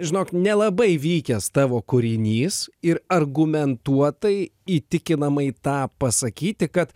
žinok nelabai vykęs tavo kūrinys ir argumentuotai įtikinamai tą pasakyti kad